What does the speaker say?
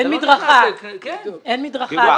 אין מדרכה, אדוני היושב-ראש.